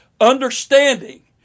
understanding